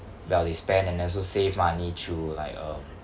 while they spend and also save money through like a